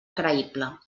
creïble